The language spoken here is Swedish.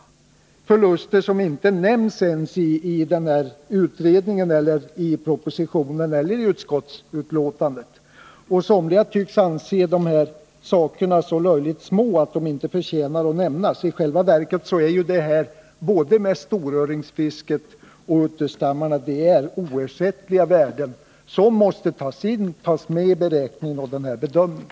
Det här är förluster som inte ens nämns i utredningen, i propositionen eller i utskottsbetänkandet. Och somliga tycks anse att dessa saker är så löjligt små att de inte förtjänar att nämnas. I själva verket är ju både storöringsfisket och utterstammarna oersättliga värden som måste tas med i beräkningen och i denna bedömning.